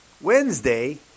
Wednesday